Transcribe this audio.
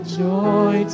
joy